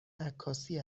عکاسی